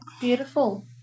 Beautiful